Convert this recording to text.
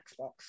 Xbox